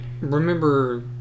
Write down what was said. remember